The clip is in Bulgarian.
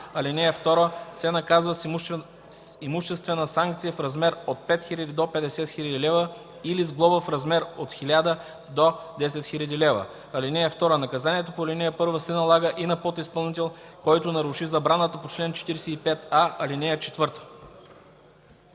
ал. 2, се наказва с имуществена санкция в размер от 5000 до 50 000 лв. или с глоба в размер от 1000 до 10 000 лв. (2) Наказанията по ал. 1 се налагат и на подизпълнител, който наруши забраната по чл. 45а, ал. 4.”